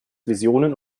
visionen